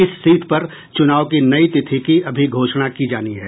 इस सीट पर चुनाव की नई तिथि की अभी घोषणा की जानी है